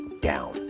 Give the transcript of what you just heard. down